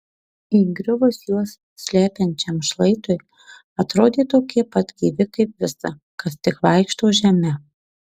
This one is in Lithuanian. įgriuvus juos slepiančiam šlaitui atrodė tokie pat gyvi kaip visa kas tik vaikšto žeme